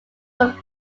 were